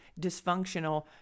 dysfunctional